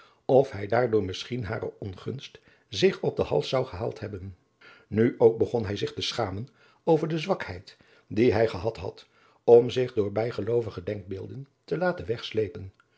of hij daardoor misschien hare ongunst zich op den hals zou gehaald hebben nu ook begon hij zich te schamen over de zwakheid die hij gehad had om zich door bijgeloovige denkbeelden te laten wegslepen